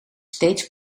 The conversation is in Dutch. steeds